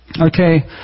okay